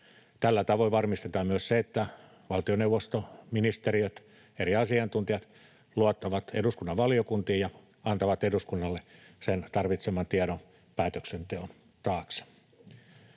Tällä tavoin varmistetaan myös se, että valtioneuvosto, ministeriöt, eri asiantuntijat luottavat eduskunnan valiokuntiin ja antavat eduskunnalle sen tarvitseman tiedon päätöksenteon taakse,